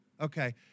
Okay